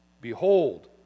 Behold